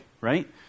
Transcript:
right